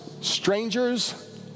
strangers